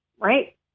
right